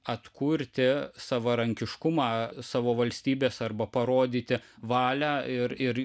atkurti savarankiškumą savo valstybės arba parodyti valią ir ir